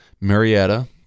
Marietta